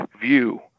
view